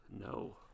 No